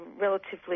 relatively